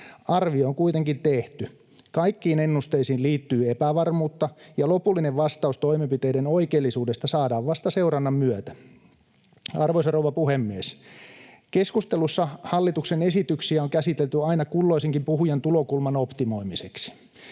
Arvio on kuitenkin tehty. Kaikkiin ennusteisiin liittyy epävarmuutta, ja lopullinen vastaus toimenpiteiden oikeellisuudesta saadaan vasta seurannan myötä. Arvoisa rouva puhemies! Keskustelussa hallituksen esityksiä on käsitelty aina kulloisenkin puhujan tulokulman optimoimiseksi.